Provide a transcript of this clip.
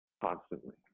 constantly